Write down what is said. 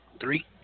Three